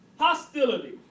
hostility